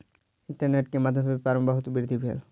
internet के माध्यम सॅ व्यापार में बहुत वृद्धि भेल